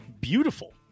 beautiful